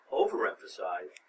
overemphasize